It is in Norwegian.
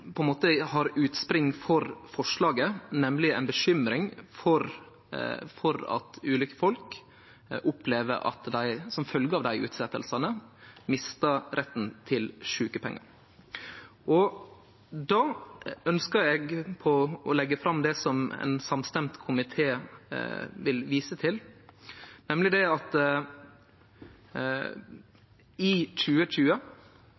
på grunn av covid-19. Det er dette som er utgangspunktet for forslaget, nemleg ei bekymring for at ulike folk opplever at dei som følgje av desse utsetjingane mistar retten til sjukepengar. Eg ønskjer å leggje fram det som ein samstemt komité vil vise til, nemleg at